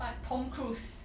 what tom cruise